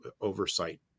oversight